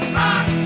rock